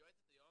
היועצת היום,